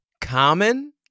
Common